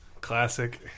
Classic